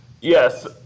Yes